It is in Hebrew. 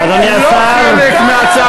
היא לא חלק מההצעה הכוללת.